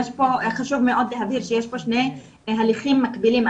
חשוב מאוד להבהיר שיש פה שני הליכים מקבילים.